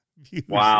Wow